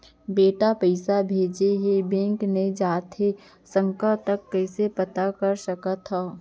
बेटा पइसा भेजे हे, बैंक नई जाथे सकंव त कइसे पता कर सकथव?